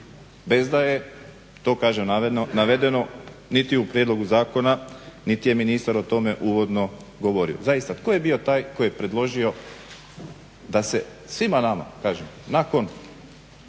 bez da je to kažem navedeno niti u prijedlogu zakona niti je ministar o tome uvodno govorio. Zaista tko je bio taj tko je predložio da se svima nama kažem nakon